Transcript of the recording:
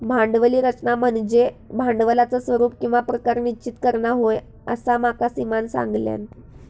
भांडवली रचना म्हनज्ये भांडवलाचा स्वरूप किंवा प्रकार निश्चित करना होय, असा माका सीमानं सांगल्यान